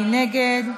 מי נגד?